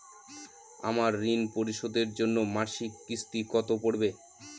আমার ঋণ পরিশোধের জন্য মাসিক কিস্তি কত পড়বে?